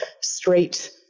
straight